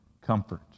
comfort